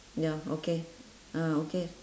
ya okay ah okay